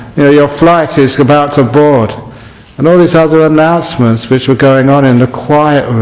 your flight is about to board' and all these other announcements which were going on in the quiet